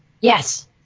Yes